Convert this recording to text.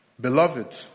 Beloved